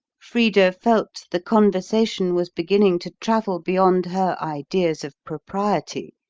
frida felt the conversation was beginning to travel beyond her ideas of propriety,